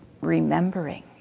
remembering